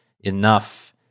enough